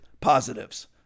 positives